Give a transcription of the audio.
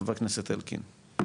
חבר הכנסת אלקין.